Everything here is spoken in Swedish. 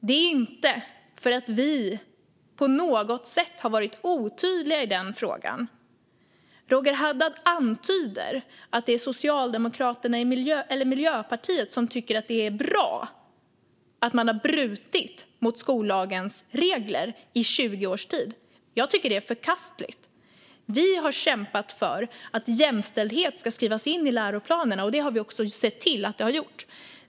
Det är inte för att vi på något sätt har varit otydliga i den frågan. Roger Haddad antyder att Miljöpartiet tycker att det är bra att man har brutit mot skollagens regler i 20 års tid. Jag tycker att det är förkastligt. Vi har kämpat för att jämställdhet ska skrivas in i läroplanen, och vi har också sett till att det har skett.